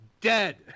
dead